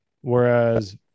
whereas